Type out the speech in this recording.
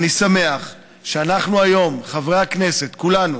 אני שמח שאנחנו היום, חברי הכנסת, כולנו,